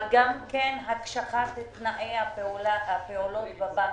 גם כן הקשחת תנאי הפעולות בבנקים.